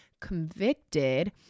convicted